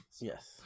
Yes